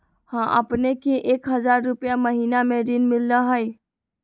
हां अपने के एक हजार रु महीने में ऋण मिलहई?